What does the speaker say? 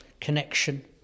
connection